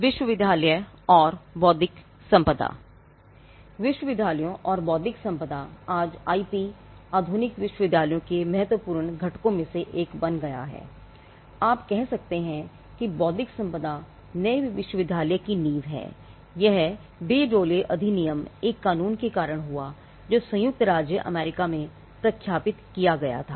विश्वविद्यालयों और बौद्धिक संपदा आज आईपीएक कानून के कारण हुआ जो संयुक्त राज्य अमेरिका में प्रख्यापित किया गया था